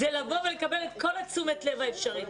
זה לבוא ולקבל את תשומת הלב האפשרי.